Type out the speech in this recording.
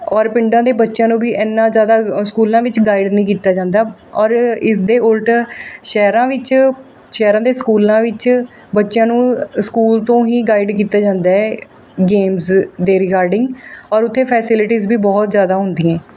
ਔਰ ਪਿੰਡਾਂ ਦੇ ਬੱਚਿਆਂ ਨੂੰ ਵੀ ਇੰਨਾਂ ਜ਼ਿਆਦਾ ਸਕੂਲਾਂ ਵਿੱਚ ਗਾਈਡ ਨਹੀਂ ਕੀਤਾ ਜਾਂਦਾ ਔਰ ਇਸਦੇ ਉਲਟ ਸ਼ਹਿਰਾਂ ਵਿੱਚ ਸ਼ਹਿਰਾਂ ਦੇ ਸਕੂਲਾਂ ਵਿੱਚ ਬੱਚਿਆਂ ਅ ਨੂੰ ਸਕੂਲ ਤੋਂ ਹੀ ਗਾਈਡ ਕੀਤਾ ਜਾਂਦਾ ਹੈ ਗੇਮਸ ਦੇ ਰਿਗਾਰਡਿੰਗ ਔਰ ਉੱਥੇ ਫੈਸਿਲਿਟੀਜ਼ ਵੀ ਬਹੁਤ ਜ਼ਿਆਦਾ ਹੁੰਦੀਆਂ